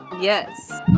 Yes